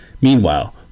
Meanwhile